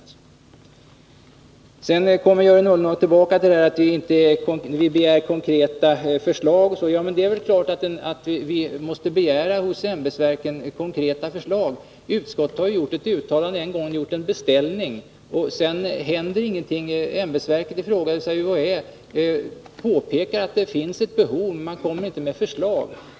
Jörgen Ullenhag kommer tillbaka till detta att vi begär konkreta förslag. Ja, det är klart att vi hos ämbetsverket måste begära konkreta förslag. Utskottet har ju en gång gjort ett uttalande, en beställning, och sedan händer ingenting. Ämbetsverket i fråga, UHÄ, påpekar att det finns ett behov men kommer inte med något förslag.